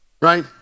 right